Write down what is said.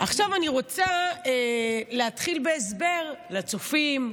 עכשיו אני רוצה להתחיל בהסבר לצופים,